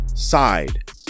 side